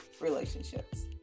relationships